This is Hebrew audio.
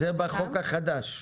זה בחוק החדש.